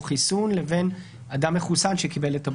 חיסון לבין אדם מחוסן שקיבל את הבוסטר,